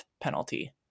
penalty